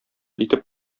итеп